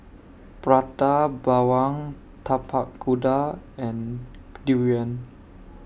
Prata Bawang Tapak Kuda and Durian